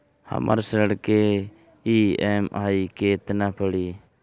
हमर ऋण के ई.एम.आई केतना पड़ी?